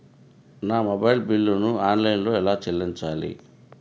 నా మొబైల్ బిల్లును ఆన్లైన్లో ఎలా చెల్లించాలి?